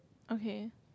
okay